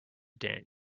daniel